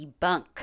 debunk